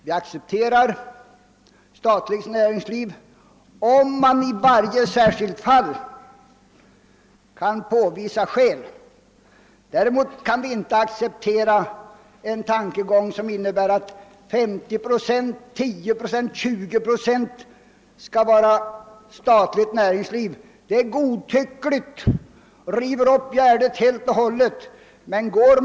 Vi accepterar statlig företagsamhet, om man i varje särskilt fall kan visa goda skäl för den. Däremot kan vi inte acceptera sådana tankegångar som att t.ex. 50 procent, 10 procent eller 20 procent av näringslivet skall vara statligt. Det blir godtyckligt och river upp gärdet helt och hållet.